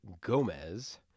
Gomez